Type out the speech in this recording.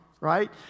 right